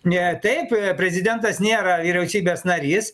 ne taip prezidentas nėra vyriausybės narys